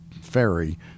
Ferry